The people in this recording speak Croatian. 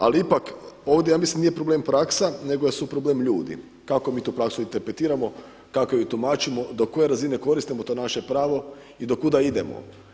Ali ipak ovdje ja mislim nije problem praksa, nego su problem ljudi, kako mi tu praksu interpretiramo, kako ju tumačimo, do koje razine koristimo to je naše pravo, i do kuda idemo.